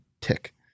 tick